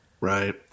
Right